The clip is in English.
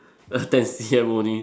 uh ten C_M only